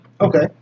Okay